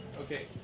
Okay